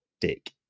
dick